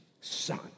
son